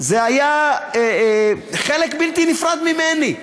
זה היה חלק בלתי נפרד ממני.